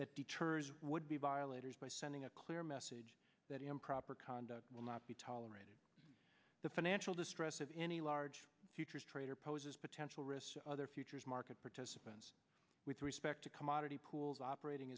that deters would be violators by sending a clear message that improper conduct will not be tolerated the financial distress of any large futures trader poses potential risk their futures market pen's with respect to commodity pools operating